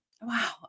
wow